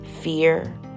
fear